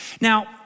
Now